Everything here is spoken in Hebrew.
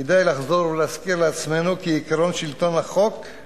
כדאי לחזור ולהזכיר לעצמנו כי עקרון שלטון החוק הוא